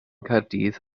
caerdydd